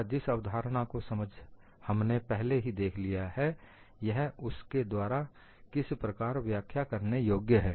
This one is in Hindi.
तथा जिस अवधारणा को हमने पहले ही देख लिया है यह उसके द्वारा किस प्रकार व्याख्या करने योग्य है